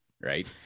right